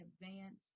advanced